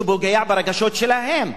וזה פוגע ברגשות שלהם.